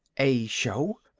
a show?